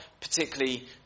particularly